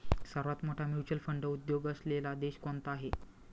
सर्वात मोठा mutual fund उद्योग असलेला देश कोणता आहे?